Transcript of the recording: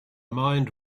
mind